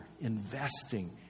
investing